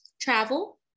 travel